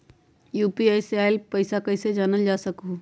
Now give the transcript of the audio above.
UPI से आईल पैसा कईसे जानल जा सकहु?